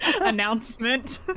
announcement